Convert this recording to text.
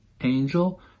angel